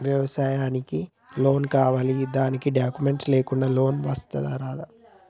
వ్యవసాయానికి లోన్స్ కావాలి దానికి డాక్యుమెంట్స్ లేకుండా లోన్ వస్తుందా రాదా?